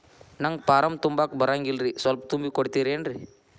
ನಂಗ ಫಾರಂ ತುಂಬಾಕ ಬರಂಗಿಲ್ರಿ ಸ್ವಲ್ಪ ತುಂಬಿ ಕೊಡ್ತಿರೇನ್ರಿ?